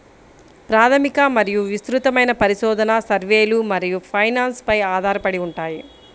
ప్రాథమిక మరియు విస్తృతమైన పరిశోధన, సర్వేలు మరియు ఫైనాన్స్ పై ఆధారపడి ఉంటాయి